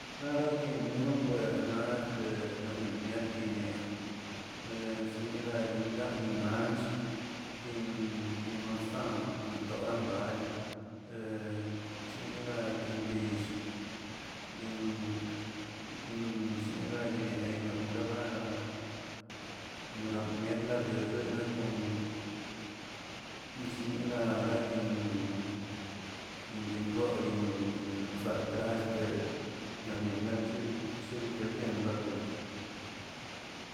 Raraguennironbuena na este nimiet guniaꞌ esnilaguingay nansh guin guin mansan toran bali chinalaguin guill guin guinshnilangya ner- neraba neran mietlabichgue nena kon chnilare yinꞌ guin guinrogueꞌ niraksakra este nierni no chil reyenrake.